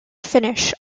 finnish